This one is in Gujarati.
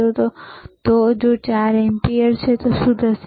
જો તે 4 એમ્પીયર છે તો શું થશે